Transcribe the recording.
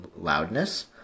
loudness